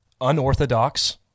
Unorthodox